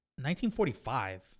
1945